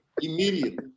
Immediately